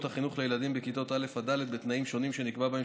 החינוך לילדים בכיתות א' עד ד' בתנאים שונים שנקבעו בהן,